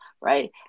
Right